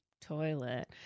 toilet